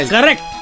Correct